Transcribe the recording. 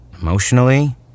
Emotionally